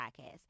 podcast